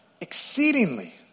exceedingly